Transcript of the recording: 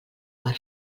per